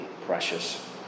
precious